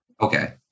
Okay